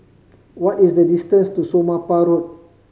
what is the distance to Somapah Road